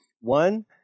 One